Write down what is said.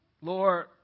Lord